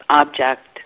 object